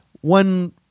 one